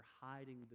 hiding